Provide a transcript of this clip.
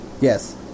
Yes